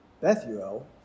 Bethuel